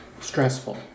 stressful